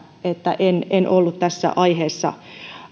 että en en ollut tässä aiheessa